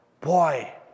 boy